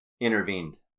intervened